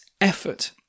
effort